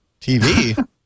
TV